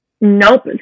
Nope